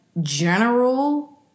general